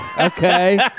Okay